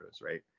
right